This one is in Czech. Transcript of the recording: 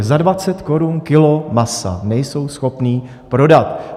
Za 20 korun kilo masa nejsou schopni prodat!